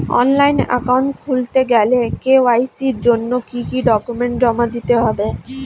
Online account খুলতে গেলে KYC জন্য কি কি ডকুমেন্ট জমা দিতে হবে?